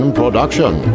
production